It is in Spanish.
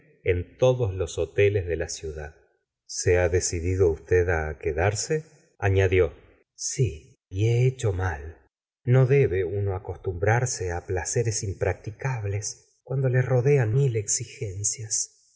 en todos los hoteles de la ciudad se ha decidido usted á quedarse añadió si y he hecho mal no debe uno acostumbrarse á placeres impracticables cuando le rodean mil exigencias